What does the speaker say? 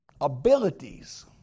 abilities